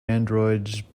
androids